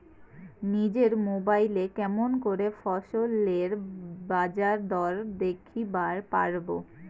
নিজের মোবাইলে কেমন করে ফসলের বাজারদর দেখিবার পারবো?